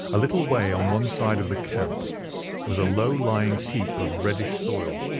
a little way on one side of the camp was a low-lying heap of reddish soil,